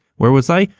where was i?